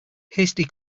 hasty